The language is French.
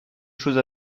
chose